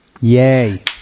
Yay